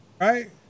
right